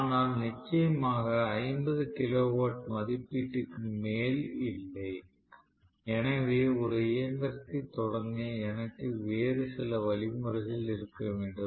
ஆனால் நிச்சயமாக 50 கிலோவாட் மதிப்பீட்டிற்கு மேல் இல்லை எனவே ஒரு இயந்திரத்தைத் தொடங்க எனக்கு வேறு சில முறைகள் இருக்க வேண்டும்